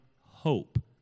hope